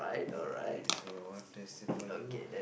yes what is it for you